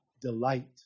delight